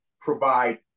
provide